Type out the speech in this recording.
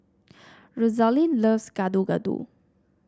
Rosalyn loves Gado Gado